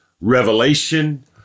revelation